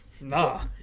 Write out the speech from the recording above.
Nah